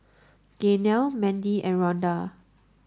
Gaynell Mandy and Ronda